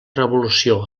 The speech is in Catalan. revolució